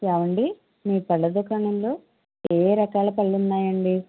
ఏవండి మీ పళ్ళ దుకాణంలో ఏ ఏ రకాల పళ్ళున్నాయండి